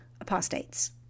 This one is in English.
apostates